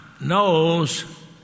knows